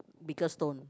biggest stone